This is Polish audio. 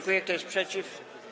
Kto jest przeciw?